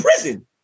prison